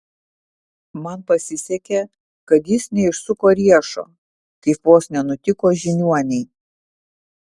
man pasisekė kad jis neišsuko riešo kaip vos nenutiko žiniuonei